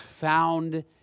found